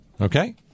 Okay